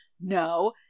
no